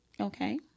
Okay